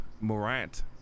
Morant